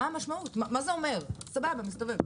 מה זה אומר שמסתובב?